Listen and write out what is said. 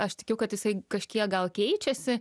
aš tikiu kad jisai kažkiek gal keičiasi